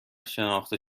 شناخته